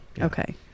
Okay